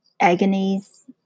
agonies